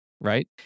right